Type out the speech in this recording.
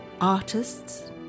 artists